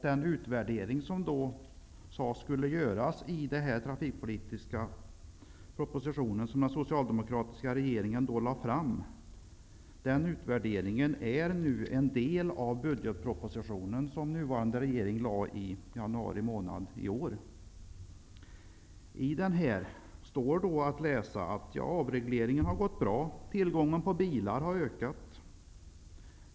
Den utvärdering som skulle göras enligt den trafikpolitiska proposition som den socialdemokratiska regeringen lade fram är nu en del av den budgetproposition som den nuvarande regeringen lade fram i januari månad i år. I denna står det att läsa att avregleringen har gått bra. Tillgången på bilar har ökat.